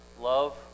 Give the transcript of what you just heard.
love